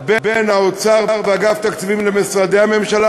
בין האוצר ואגף התקציבים למשרדי הממשלה,